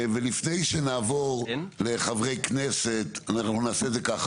לפני שנעבור לחברי כנסת, נעשה את זה כך